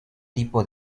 tipo